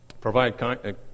Provide